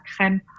crème